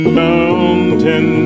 mountain